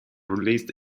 released